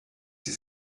sie